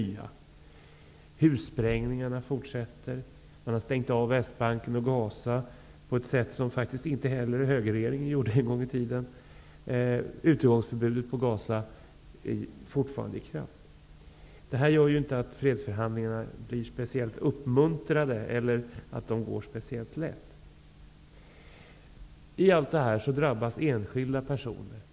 Vidare fortsätter hussprängningarna, man har stängt av Västbanken och Gaza på ett sätt som faktiskt högerregeringen en gång i tiden inte heller gjorde och utegångsförbudet på Gaza är fortfarande i kraft. Det här är inte speciellt uppmuntrande för fredsförhandlarna och gör inte att fredsförhandlingarna går särskilt lätt. Av allt det här drabbas enskilda personer.